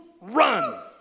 run